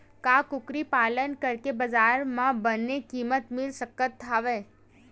का कुकरी पालन करके बजार म बने किमत मिल सकत हवय?